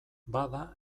bada